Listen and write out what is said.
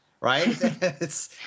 right